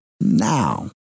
Now